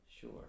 Sure